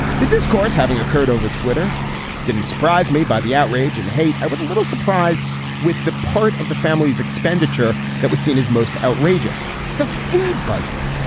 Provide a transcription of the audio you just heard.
the discourse having occurred over twitter didn't surprise me by the outrage and the hate. i was a little surprised with the part of the family's expenditure that was seen as most outrageous. the food budget.